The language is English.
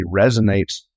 resonates